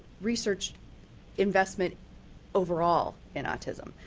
research investment overall in autism.